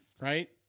right